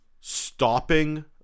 stopping